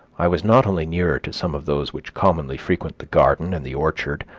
i was not only nearer to some of those which commonly frequent the garden and the orchard,